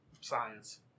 Science